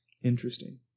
Interesting